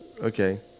Okay